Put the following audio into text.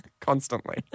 Constantly